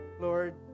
Lord